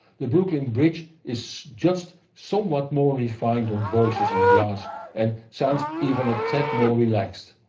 the brooklyn bridge is just somewhat more refined on voices and brass and sounds even a tat more relaxed.